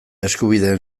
eskubideen